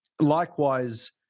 Likewise